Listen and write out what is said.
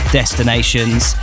destinations